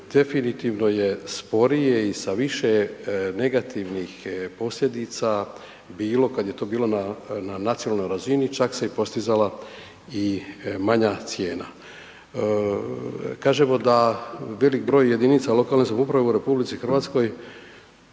Definitivno je sporije i sa više negativnih posljedica bilo kad je to bilo na nacionalnoj razini, čak se i postizala i manja cijena. Kažemo da velik broj JLS u RH jednostavno nema financijski